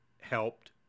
helped